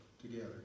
together